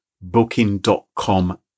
Booking.com